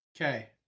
Okay